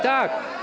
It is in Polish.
Tak.